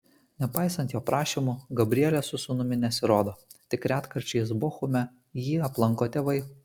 nepaisant jo prašymų gabrielė su sūnumi nesirodo tik retkarčiais bochume jį aplanko tėvai